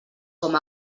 com